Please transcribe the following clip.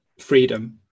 freedom